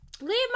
Leave